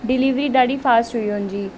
delivery ॾाढी fast हुई हुन जी